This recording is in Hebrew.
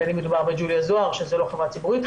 בין אם מדובר בג'וליה זהר שזה לא חברה ציבורית,